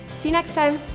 see you next time.